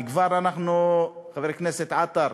אנחנו, חבר הכנסת עטר,